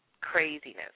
craziness